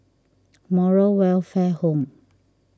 Moral Welfare Home